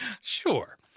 Sure